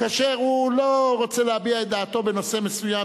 כאשר הוא לא רוצה להביע את דעתו בנושא מסוים,